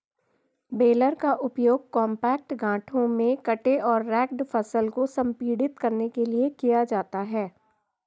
baler का उपयोग compact गांठों में कटे और रेक्ड फसल को संपीड़ित करने के लिए किया जाता है